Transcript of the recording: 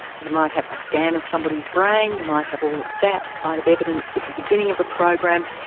you might have a scan of somebody's brain, you might have all of that kind of evidence at the beginning of a program,